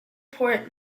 port